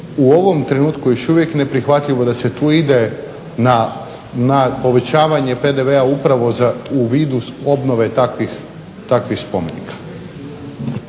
u ovom trenutku još uvijek neprihvatljivo da se tu ide na povećavanje PDV-a upravo u vidu obnove takvih spomenika.